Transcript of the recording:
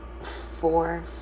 Four